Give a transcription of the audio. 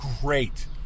great